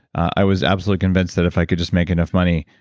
i was absolutely convinced that if i could just make enough money,